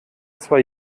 zwei